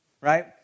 right